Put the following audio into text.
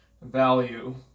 value